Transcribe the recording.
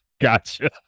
gotcha